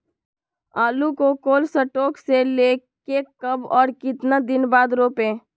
आलु को cold store से ले के कब और कितना दिन बाद रोपे?